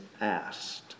asked